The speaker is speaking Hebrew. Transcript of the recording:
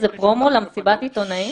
זה פרומו למסיבת עיתונאים?